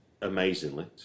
amazingly